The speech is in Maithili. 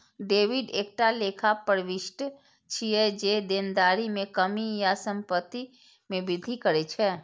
डेबिट एकटा लेखा प्रवृष्टि छियै, जे देनदारी मे कमी या संपत्ति मे वृद्धि करै छै